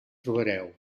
trobareu